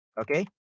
okay